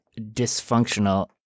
dysfunctional